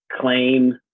claim